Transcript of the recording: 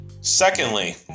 Secondly